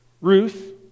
Ruth